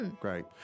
Great